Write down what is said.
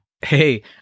Hey